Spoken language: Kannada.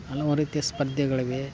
ಹಲವು ರೀತಿಯ ಸ್ಪರ್ಧೆಗಳಿವೆ